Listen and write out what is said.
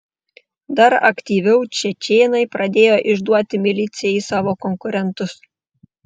dar aktyviau čečėnai pradėjo išduoti milicijai savo konkurentus